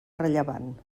rellevant